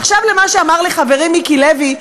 עכשיו למה שאמר לי חברי מיקי לוי.